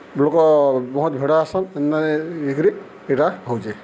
ଲୋକ ବହୁତ୍ ଭିଡ଼ ହେସନ୍ ହେନ୍ତା ହେଇକିରି ଇଟା ହଉଛେ